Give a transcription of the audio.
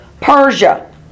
Persia